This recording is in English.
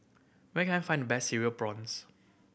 where can I find the best Cereal Prawns